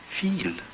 Feel